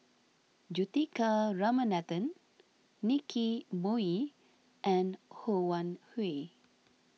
Juthika Ramanathan Nicky Moey and Ho Wan Hui